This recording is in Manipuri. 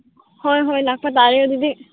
ꯍꯣꯏ ꯍꯣꯏ ꯂꯥꯛꯄ ꯇꯥꯔꯦ ꯑꯗꯨꯗꯤ